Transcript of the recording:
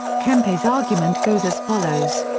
kempe's argument goes as follows.